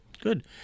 Good